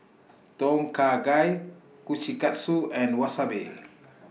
Tom Kha Gai Kushikatsu and Wasabi